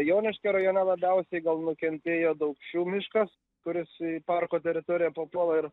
joniškio rajone labiausiai gal nukentėjo daukšių miškas kuris į parko teritoriją papuola ir